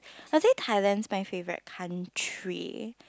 I would say Thailand is my favourite country